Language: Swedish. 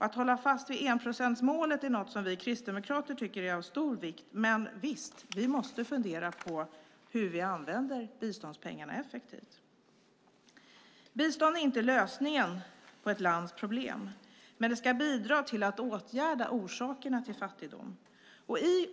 Att hålla fast vid 1-procentsmålet är något som vi kristdemokrater tycker är av stor vikt, men visst, vi måste fundera på hur vi använder biståndspengarna effektivt. Bistånd är inte lösningen på ett lands problem, men det ska bidra till att åtgärda orsakerna till fattigdom.